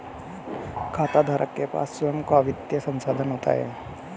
खाताधारक के पास स्वंय का वित्तीय संसाधन होता है